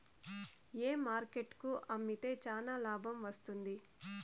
ఏ market కు అమ్మితే చానా లాభం వస్తుంది?